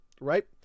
right